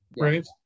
right